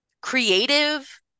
creative